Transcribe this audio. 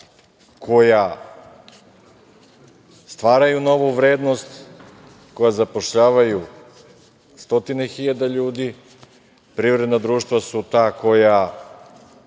koja stvaraju novu vrednost, koja zapošljavaju stotine hiljada ljudi, privredna društva su ta koja